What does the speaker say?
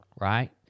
right